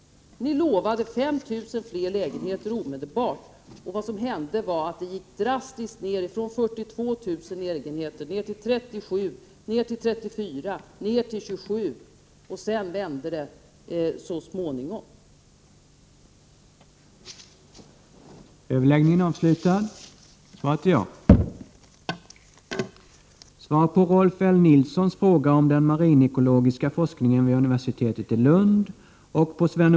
De lovade 5 000 fler lägenheter omedelbart. Vad som hände var att byggandet gick ned drastiskt från 42 000 till 37 000, sedan ned till 34 000 och därefter ned till 27 000, varefter det så småningom vände.